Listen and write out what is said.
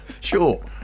sure